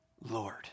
Lord